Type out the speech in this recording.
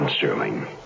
Sterling